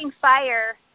Fire